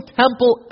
temple